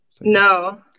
no